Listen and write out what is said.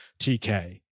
TK